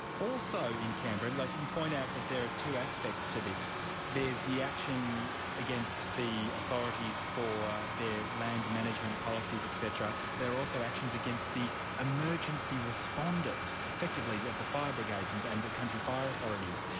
also in canberra, and like you point out that there are two aspects to this there's the action against the authorities for their land management policies etc, there are also actions against the emergency responders, effectively the fire brigades and and the country fire authorities.